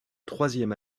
troisième